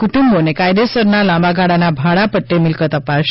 કુટુંબોને કાયદેસરના લાંબાગાળાના ભાડાપદે મિલકત અપાશે